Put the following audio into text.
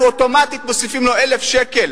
אנחנו, אוטומטית, מוסיפים לו 1,000 שקל,